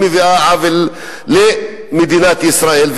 היא גורמת עוול למדינת ישראל,